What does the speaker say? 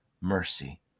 mercy